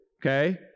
okay